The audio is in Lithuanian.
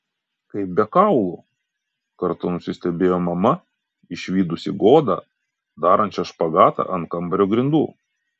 kaip be kaulų kartą nusistebėjo mama išvydusi godą darančią špagatą ant kambario grindų